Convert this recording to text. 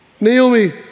Naomi